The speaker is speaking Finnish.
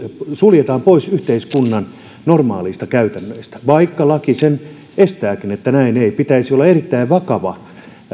suljetaan pois yhteiskunnan normaaleista käytännöistä vaikka laki sen estääkin pitäisi olla erittäin vakava